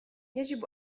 يحب